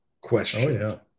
question